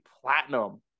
platinum